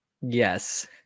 Yes